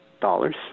dollars